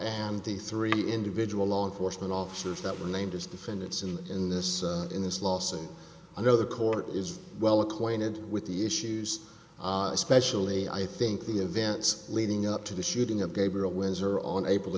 and the three individual law enforcement officers that were named as defendants and in this in this lawsuit i know the court is well acquainted with the issues especially i think the events leading up to the shooting of gabriel windsor on april